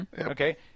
Okay